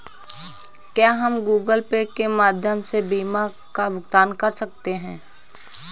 क्या हम Google Pay के माध्यम से बीमा का भुगतान कर सकते हैं?